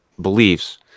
beliefs